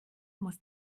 muss